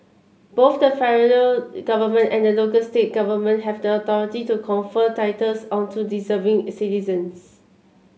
both the federal government and the local state government have the authority to confer titles onto deserving citizens